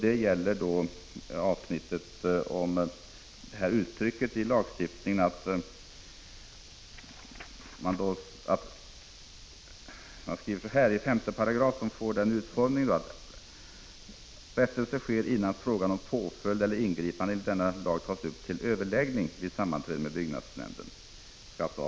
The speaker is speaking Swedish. Det gäller formuleringen i5 § påföljdslagen att avgift inte utgår om rättelse sker innan fråga om påföljd eller ingripande enligt denna lag tas upp till överläggning vid sammanträde med byggnadsnämnden.